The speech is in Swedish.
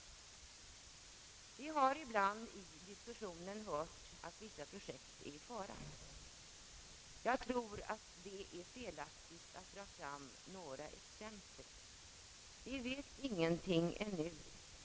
Vi har ibland i diskussionen hört att vissa projekt är i fara. Jag tror att det är felaktigt att dra fram några exempel. Vi vet ingenting ännu.